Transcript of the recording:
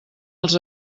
els